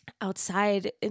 outside